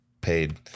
paid